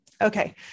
Okay